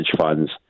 funds